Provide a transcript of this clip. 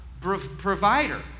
provider